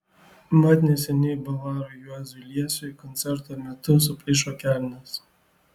mat neseniai bavarui juozui liesiui koncerto metu suplyšo kelnės